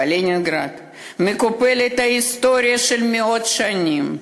בלנינגרד מקופלת היסטוריה של מאות שנים.